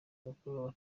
bakuru